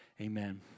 amen